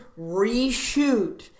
reshoot